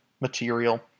material